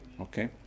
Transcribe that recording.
Okay